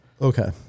Okay